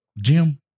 Jim